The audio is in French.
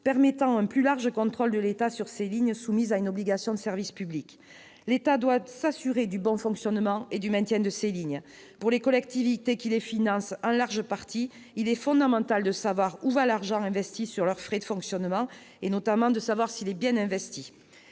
permettant un plus large contrôle de l'État sur ces lignes soumises à une obligation de service public. L'État doit s'assurer de leur bon fonctionnement et de leur maintien. Pour les collectivités qui les financent en large partie, il est fondamental de savoir où va l'argent investi sur leurs frais de fonctionnement, notamment s'il est bien investi.